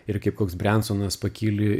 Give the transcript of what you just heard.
ir kaip koks brensonas pakyli